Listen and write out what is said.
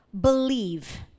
Believe